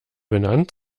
benannt